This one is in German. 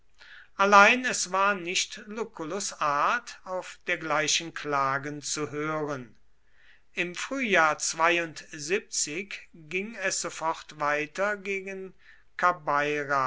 allein es war nicht lucullus art auf dergleichen klagen zu hören im frühjahr ging es sofort weiter gegen